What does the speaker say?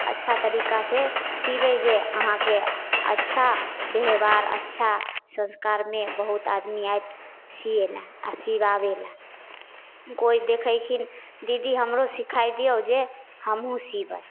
अच्छा तरीकासँ सिबै जे अहाँके अच्छा बेवहार अच्छा संस्कारमे बहुत आदमी आएत सिएलए आओर सिआबैलए कोइ देखै हकिन दीदी हमरो सिखाइ दिऔ जे हमहूँ सिबै